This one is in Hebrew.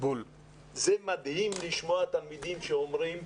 זה מדהים לשמוע תלמידים שאומרים,